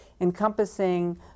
encompassing